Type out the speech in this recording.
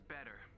Better